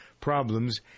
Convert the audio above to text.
problems